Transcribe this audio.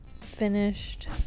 finished